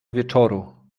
wieczoru